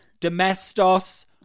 Domestos